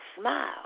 smile